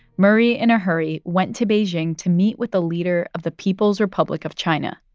murray in a hurry went to beijing to meet with the leader of the people's republic of china,